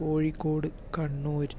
Kozhikode Kannur